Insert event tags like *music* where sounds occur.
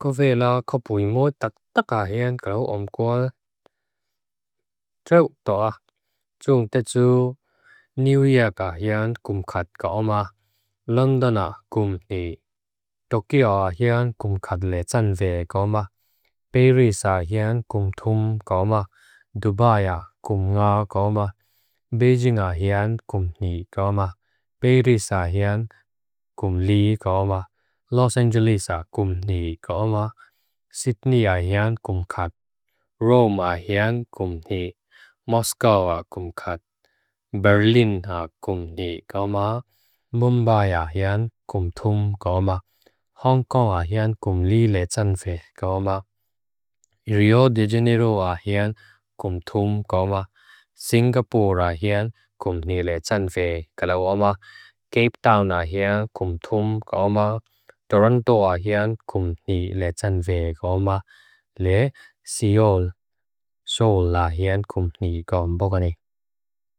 Kovela kopuyngwo tattaka hyen karu omkwa. *hesitation* Trau'k toa. *hesitation* Joong tetsu, New Yorka hyen kumkat kaoma. *hesitation* Londona kumni. Tokyo hyen kumkat le tsanve kaoma. *hesitation* Parisa hyen kumtum kaoma. *hesitation* Dubaiya kumnga kaoma. *hesitation* Beijinga hyen kumni kaoma. Parisa hyen kumni kaoma. Los Angelesa kumni kaoma. *hesitation* Sydneya hyen kumkat. Romea hyen kumni. Moscowa kumkat. *hesitation* Berlina kumni kaoma. *hesitation* Mumbaia hyen kumtum kaoma. *hesitation* Hong Konga hyen kumni le tsanve kaoma. *hesitation* Rio de Janeiro hyen kumtum kaoma. *hesitation* Singaporea hyen kumni le tsanve kaoma. *hesitation* Cape Towna hyen kumtum kaoma. *hesitation* Torontoa hyen kumni le tsanve kaoma. *hesitation* Le Seoula hyen kumni kaombo koni.